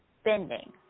spending